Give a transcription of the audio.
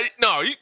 no